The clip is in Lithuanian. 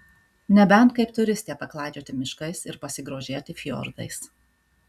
nebent kaip turistė paklaidžioti miškais ir pasigrožėti fjordais